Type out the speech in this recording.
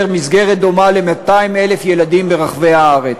מסגרת דומה ל-200,000 ילדים ברחבי הארץ,